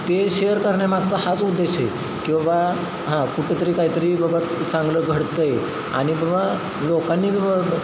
ते शेअर करण्यामागचा हाच उद्देश किंवा हां कुठेतरी काहीतरी बघत चांगलं घडतंय आणि बबा लोकांनी बघ